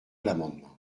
l’amendement